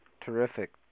Terrific